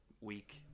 week